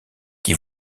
qui